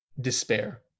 Despair